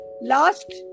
Last